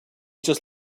just